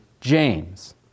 James